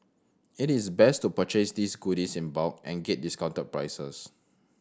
it is best to purchase these goodies in bulk to get discounted prices